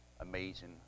amazing